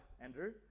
Andrew